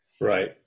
right